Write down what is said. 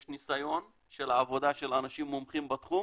יש ניסיון של עבודה של אנשים מומחים בתחום,